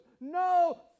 No